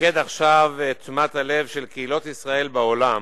ממקד עכשיו את תשומת הלב של קהילות ישראל בעולם.